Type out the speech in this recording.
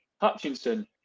Hutchinson